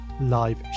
live